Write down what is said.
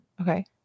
Okay